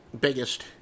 biggest